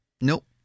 Nope